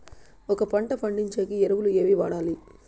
ఒక పంట పండించేకి ఎరువులు ఏవి వాడాలి?